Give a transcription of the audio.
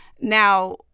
now